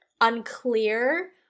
unclear